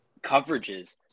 coverages